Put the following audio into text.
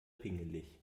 pingelig